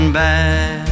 back